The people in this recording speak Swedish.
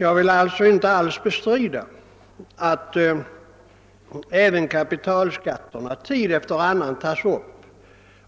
Jag vill alltså inte alls bestrida att även kapitalskatterna tid efter annan kan tas upp